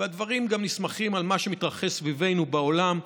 והדברים גם נסמכים על מה שמתרחש סביבנו בעולם.